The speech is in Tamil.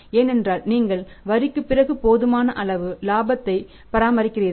ஏனென்றால் நீங்கள் வரிக்குப் பிறகு போதுமான அளவு இலாபத்தை பராமரிக்கிறீர்கள்